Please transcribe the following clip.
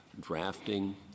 drafting